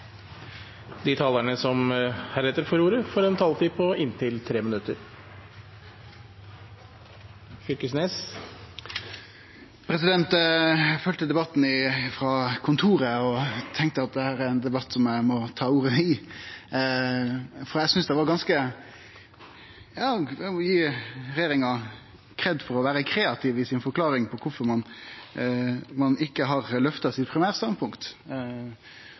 ordet, får en taletid på inntil 3 minutter. Eg følgde debatten frå kontoret og tenkte at dette er ein debatt eg må ta ordet i, for eg synest ein må gi regjeringa kred for å vere kreativ i forklaringa si på kvifor ein ikkje har løfta primærstandpunktet sitt.